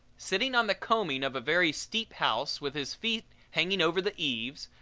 sitting on the combing of a very steep house with his feet hanging over the eaves,